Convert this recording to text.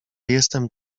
jestem